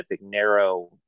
narrow